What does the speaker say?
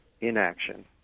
inaction